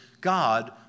God